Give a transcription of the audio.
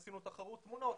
עשינו תחרות תמונות.